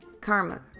karma